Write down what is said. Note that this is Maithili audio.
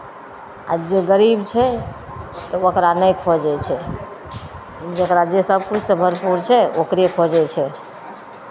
आ जे गरीब छै तब ओकरा नहि खोजै छै जकरा जे सभकिछुसँ भरपूर छै ओकरे खोजै छै